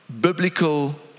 biblical